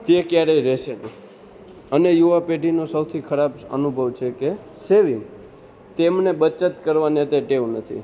તે ક્યારેય રહેશે નહીં અને યુવા પેઢીનું સૌથી ખરાબ અનુભવ છે કે સેવિંગ તેમને બચત કરવાની અત્યારે ટેવ નથી